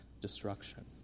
destruction